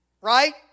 Right